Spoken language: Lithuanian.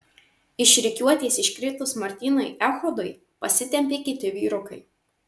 iš rikiuotės iškritus martynui echodui pasitempė kiti vyrukai